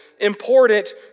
important